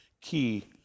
key